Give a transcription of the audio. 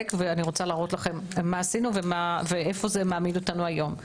ואני רוצה להראות לכם מה עשינו ואיפה זה מעמיד אותנו היום.